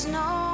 no